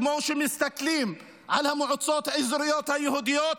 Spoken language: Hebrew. כמו שמסתכלים בעיניים על המועצות האזוריות היהודיות,